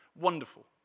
Wonderful